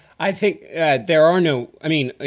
i think there are no i mean,